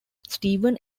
steven